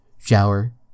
shower